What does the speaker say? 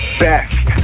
best